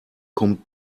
kommt